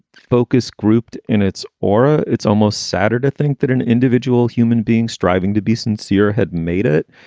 focus grouped in its aura. it's almost sadder to think that an individual human being striving to be sincere had made it.